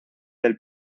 del